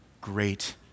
great